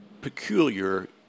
peculiar